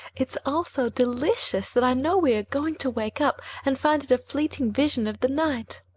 it's all so delicious that i know we are going to wake up and find it a fleeting vision of the night,